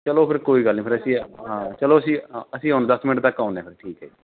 ਚਲੋ ਫਿਰ ਕੋਈ ਗੱਲ ਨਹੀਂ ਫਿਰ ਅਸੀਂ ਹਾਂ ਚਲੋ ਅਸੀਂ ਅਸੀਂ ਹੁਣ ਦਸ ਮਿੰਟ ਤੱਕ ਆਉਂਦੇ ਹਾਂ ਫਿਰ ਠੀਕ ਹੈ